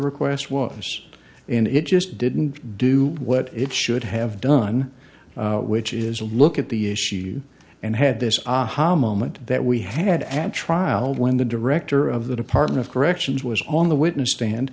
request was and it just didn't do what it should have done which is a look at the issue and had this aha moment that we had an trial when the director of the department of corrections was on the witness stand